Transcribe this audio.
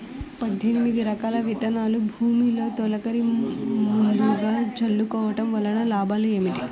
పద్దెనిమిది రకాల విత్తనాలు భూమిలో తొలకరి ముందుగా చల్లుకోవటం వలన లాభాలు ఏమిటి?